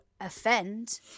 offend